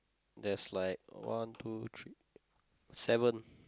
there's like one two three seven